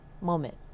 moment